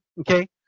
Okay